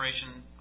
generation